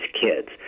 kids